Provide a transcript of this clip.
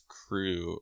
crew